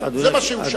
זה מה שהוא שאל.